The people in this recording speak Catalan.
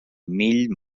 mill